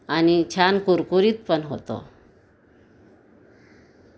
आणि छान कुरकुरीत पण होतो